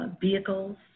vehicles